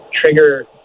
trigger